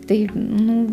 tai nu